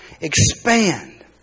expand